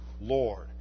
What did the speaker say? Lord